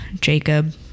Jacob